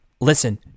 listen